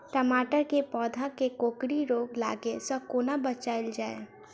टमाटर केँ पौधा केँ कोकरी रोग लागै सऽ कोना बचाएल जाएँ?